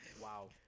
Wow